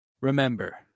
remember